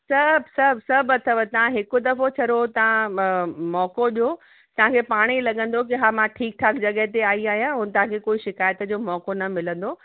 सभु सभु सभु अथव तव्हां हिकु दफ़ो छड़ो तव्हां बि मौक़ो ॾियो तव्हांखे पाणेई लॻंदो कि हा मां ठीकु ठाकु जॻह ते आई आहियां ऐं तव्हांखे कोई शिकायत जो मौक़ो न मिलंदो